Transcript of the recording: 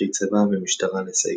אנשי צבא ומשטרה לסייגון.